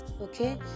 Okay